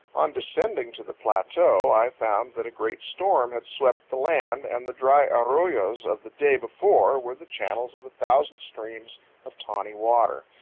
on descending to the plateau, i found that a great storm had swept the land, and the dry arroyos of the day before were the channels of a thousand streams of tawny water,